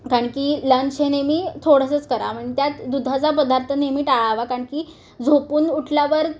कारण की लंच हे नेहमी थोडंसंच करा पण त्यात दुधाचा पदार्थ नेहमी टाळावा काण की झोपून उठल्यावर